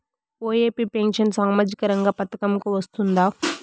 OAP pension సామాజిక రంగ పథకం కు వస్తుందా?